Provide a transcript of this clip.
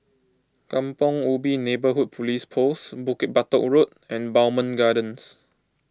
Kampong Ubi Neighbourhood Police Post Bukit Batok Road and Bowmont Gardens